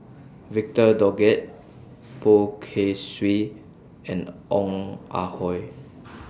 Victor Doggett Poh Kay Swee and Ong Ah Hoi